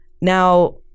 now